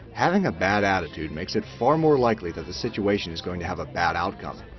having a bad attitude makes it far more likely that the situation is going to have a bad outcome.